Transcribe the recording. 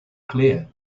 clear